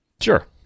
Sure